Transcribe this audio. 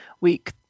week